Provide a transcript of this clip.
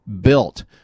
built